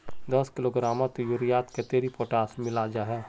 दस किलोग्राम यूरियात कतेरी पोटास मिला हाँ?